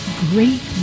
great